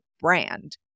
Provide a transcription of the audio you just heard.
brand